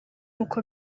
uko